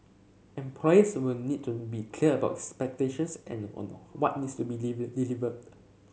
employers will need to be clear about expectations and on what needs to be deliver delivered